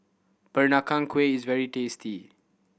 Peranakan Kueh is very tasty